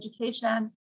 education